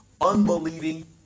unbelieving